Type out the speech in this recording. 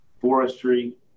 forestry